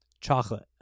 Chocolate